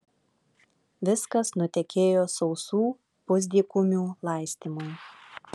viskas nutekėjo sausų pusdykumių laistymui